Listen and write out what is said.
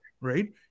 right